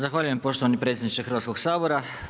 Zahvaljujem. poštovani predsjedniče Hrvatskog sabora.